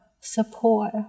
support